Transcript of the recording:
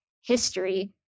history